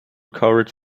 covered